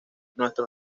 nuestro